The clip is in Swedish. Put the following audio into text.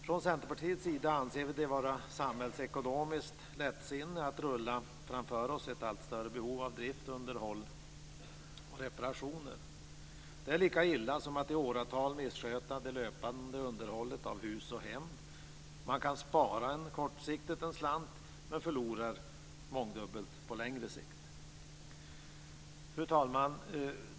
Från Centerpartiets sida anser vi det vara samhällsekonomiskt lättsinne att rulla framför oss ett allt större behov av drift, underhåll och reparationer. Det är lika illa som att i åratal missköta det löpande underhållet av hus och hem. Man kan spara en slant kortsiktigt, men förlorar mångdubbelt på längre sikt. Fru talman!